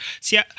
See